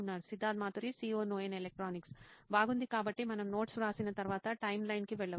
Siddharth Maturi CEO నోయిన్ electronics బాగుంది కాబట్టి మనం నోట్స్ వ్రాసిన తర్వాత టైమ్లైన్కి వెళ్లవచ్చు